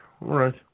right